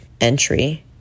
entry